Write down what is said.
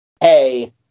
hey